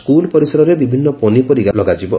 school ପରିସରରେ ବିଭିନ୍ଦ ପନିପରିବା ଲଗାଯିବ